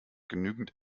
genügend